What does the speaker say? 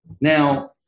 Now